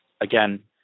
Again